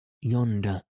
Yonder